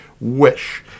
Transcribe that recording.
wish